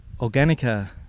Organica